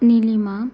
Nilima